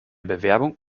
bewerbung